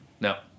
No